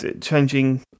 changing